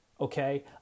okay